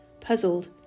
Puzzled